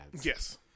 Yes